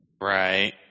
Right